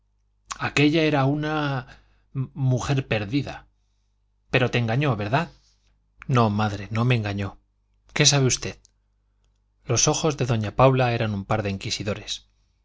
aquella era una mujer perdida pero te engañó verdad no madre no me engañó qué sabe usted los ojos de doña paula eran un par de inquisidores